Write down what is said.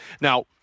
Now